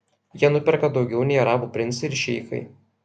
jie nuperka daugiau nei arabų princai ir šeichai